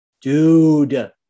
Dude